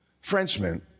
Frenchman